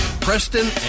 Preston